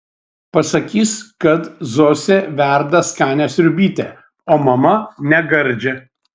pasakys kad zosė verda skanią sriubytę o mama negardžią